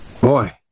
boy